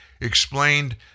explained